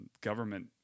government